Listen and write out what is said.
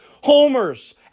Homers